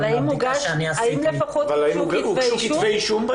אבל האם לפחות הוגשו כתבי אישום?